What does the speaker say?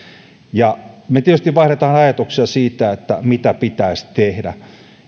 me tietysti vaihdamme ajatuksia siitä mitä pitäisi tehdä